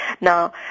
Now